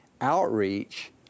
outreach